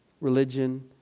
Religion